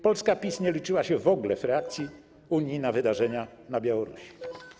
Polska PiS nie liczyła się w ogóle w reakcji Unii na wydarzenia na Białorusi.